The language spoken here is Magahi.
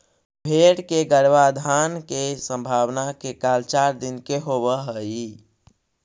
भेंड़ के गर्भाधान के संभावना के काल चार दिन के होवऽ हइ